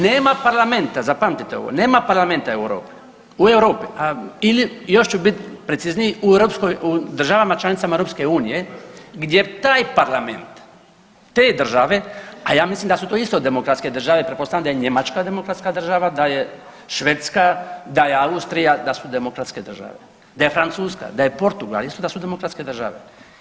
Nema parlamenta, zapamtite ovo, nema parlamenta u Europi, a ili, još ću biti precizniji, u europskoj, u državama članicama EU, gdje taj parlament te države, a ja mislim da su to isto demokratske države, pretpostavljam da je Njemačka demokratska država, da je Švedska, da je Austrija, da su demokratske države, da je Francuska, da je Portugal, isto da su demokratske države.